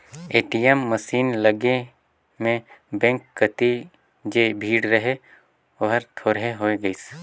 ATM machine लगे में bank कति जे भीड़ रहें ओहर थोरहें होय गईसे